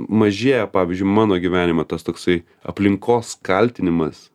mažėja pavyzdžiui mano gyvenime tas toksai aplinkos kaltinimas